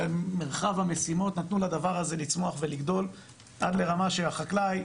במרחב המשימות נתנו לדבר הזה לצמוח ולגדול עד לרמה שהחקלאי